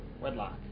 wedlock